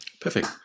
Perfect